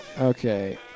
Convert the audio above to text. Okay